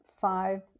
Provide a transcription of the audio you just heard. five